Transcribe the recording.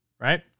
Right